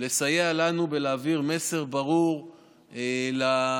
לסייע לנו להעביר מסר ברור לאוכלוסייה,